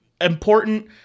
Important